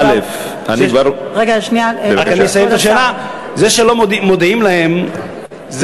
אני רק אסיים את השאלה: זה שלא מודיעים להם,